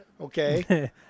Okay